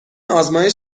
آزمایش